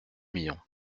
millions